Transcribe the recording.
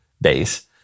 base